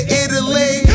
italy